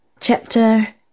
chapter